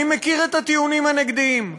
אני מכיר את הטיעונים הנגדיים.